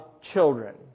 children